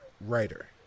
writer